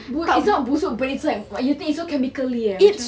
it's not busuk but it's like you think you so chemically eh